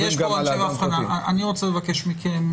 אני רוצה לבקש מכם,